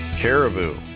Caribou